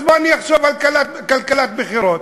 אז אני אחשוב על כלכלת בחירות,